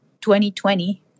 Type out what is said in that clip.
2020